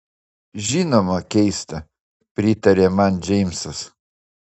žinoma keista pritarė man džeimsas